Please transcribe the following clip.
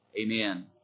Amen